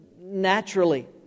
naturally